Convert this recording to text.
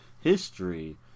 history